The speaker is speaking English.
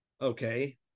Okay